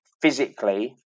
Physically